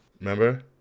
Remember